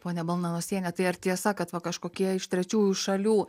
ponia balnanosiene tai ar tiesa kad va kažkokie iš trečiųjų šalių